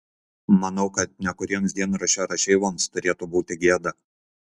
manau kad nekuriems dienraščio rašeivoms turėtų būti gėda